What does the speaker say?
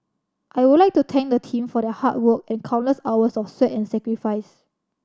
I would like to thank the team for their hard work and countless hours of sweat and sacrifice